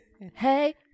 hey